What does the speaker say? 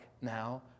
now